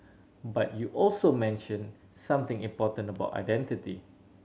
but you also mentioned something important about identity